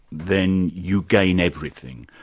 then you gain everything.